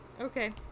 Okay